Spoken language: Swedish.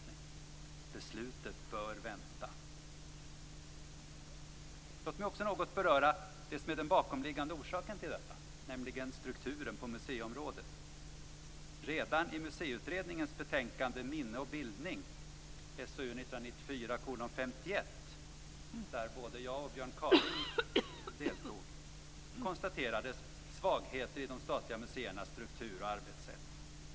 Beslutet bör vänta. Låt mig också något beröra det som är den bakomliggande orsaken till detta, nämligen strukturen på museiområdet. Redan i betänkandet Minne och bildning från Museiutredningen, där både jag och Björn Kaaling deltog, konstaterades svagheter i de statliga museernas struktur och arbetssätt.